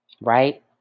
Right